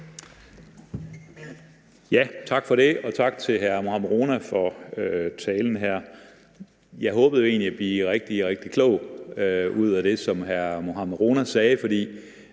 Tak for det, og tak til hr. Mohammad Rona for talen her. Jeg håbede egentlig, at blive rigtig, rigtig klog på baggrund af det, som hr. Mohammad Rona sagde. I